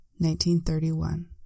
1931